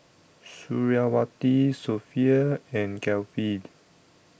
Suriawati Sofea and